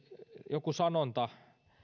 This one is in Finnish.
joku sanonta